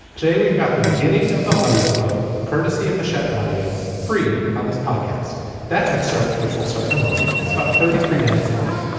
today we've got the beginning of the audiobook courtesy of hachette audio free. on this podcast that excerpt which will start in a moment as about thirty three minutes long.